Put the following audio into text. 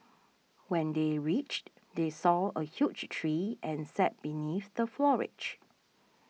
when they reached they saw a huge tree and sat beneath the foliage